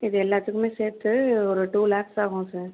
இது எல்லாத்துக்குமே சேர்த்து ஒரு டூ லேக்ஸ் ஆகும் சார்